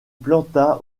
planta